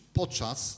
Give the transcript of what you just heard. podczas